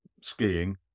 skiing